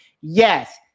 Yes